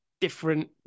different